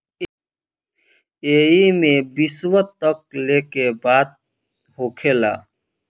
एईमे विश्व तक लेके बात होखेला